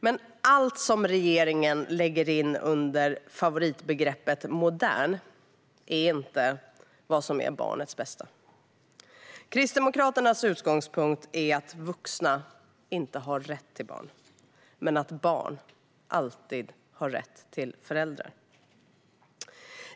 Men allt regeringen lägger in under favoritbegreppet "modern" är inte för barnets bästa. Kristdemokraternas utgångspunkt är att vuxna inte har rätt till barn men att barn alltid har rätt till föräldrar.